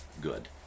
good